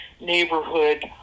neighborhood